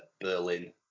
Berlin